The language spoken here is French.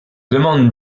demande